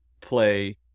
play